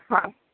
हां